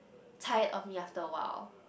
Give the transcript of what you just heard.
tired of me after a while